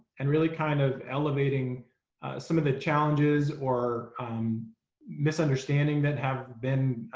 and really kind of elevating some of the challenges or um misunderstanding that have been